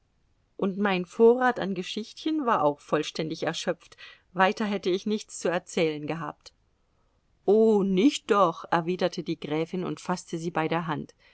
und mein vorrat an geschichten war auch vollständig erschöpft weiter hätte ich nichts mehr zu erzählen gehabt oh nicht doch erwiderte die gräfin und faßte sie bei der hand